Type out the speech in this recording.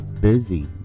busy